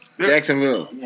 Jacksonville